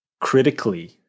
critically